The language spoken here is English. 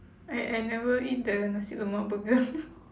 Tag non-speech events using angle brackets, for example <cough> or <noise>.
I I never eat the nasi-lemak burger <laughs>